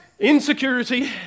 Insecurity